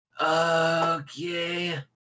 Okay